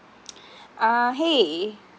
ah !hey!